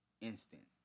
instant